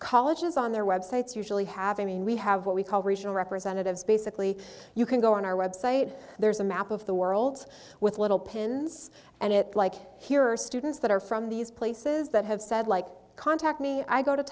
colleges on their websites usually having me and we have what we call regional representatives basically you can go on our website there's a map of the world with little pins and it like here are students that are from these places that have said like contact me i go to